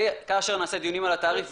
כאשר נעשה דיון על התעריף,